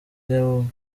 ry’amerika